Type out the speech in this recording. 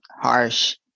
harsh